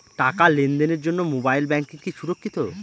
টাকা লেনদেনের জন্য মোবাইল ব্যাঙ্কিং কি সুরক্ষিত?